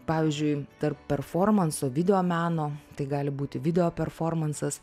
pavyzdžiui tarp performanso videomeno tai gali būti video performansas